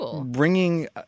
bringing